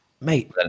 Mate